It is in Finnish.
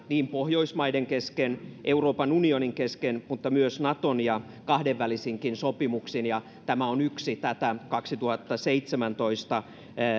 niin pohjoismaiden kesken euroopan unionin kesken kuin myös naton kesken ja kahdenvälisinkin sopimuksin ja tämä on yksi osa tätä vuonna kaksituhattaseitsemäntoista